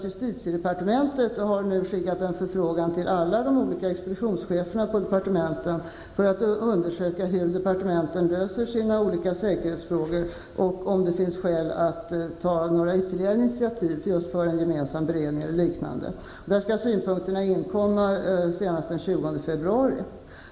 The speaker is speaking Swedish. Justitiedepartementet har nu skickat en förfrågan till alla expeditionschefer på departementen för att undersöka hur departementen löser sina olika säkerhetsfrågor och för att se om det finns skäl att ta några ytterligare initiativ för en gemensam beredning eller liknande. Synpunkterna skall ha inkommit senaste den 20 februari.